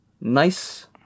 nice